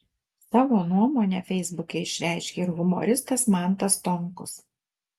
savo nuomonę feisbuke išreiškė ir humoristas mantas stonkus